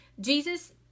Jesus